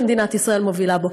שמדינת ישראל מובילה בו.